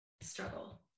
struggle